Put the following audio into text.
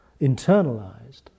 internalized